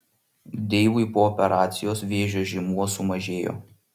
deivui po operacijos vėžio žymuo sumažėjo